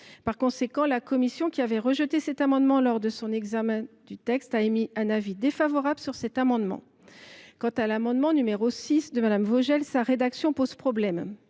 Par conséquent, la commission, qui avait rejeté cet amendement lors de l’examen du texte, a émis un avis défavorable. Quant à l’amendement n° 6 de Mme Vogel, sa rédaction pose problème.